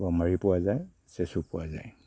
গমাৰি পোৱা যায় চেচু পোৱা যায়